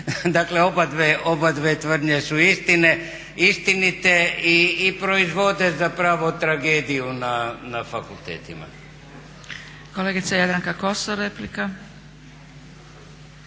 Dakle obadve tvrdnje su istinite i proizvode zapravo tragediju na fakultetima. **Zgrebec, Dragica